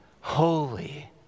holy